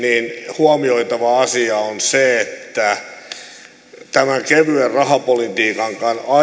huomioitava asia on se että tämän kevyen rahapolitiikan